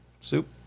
Soup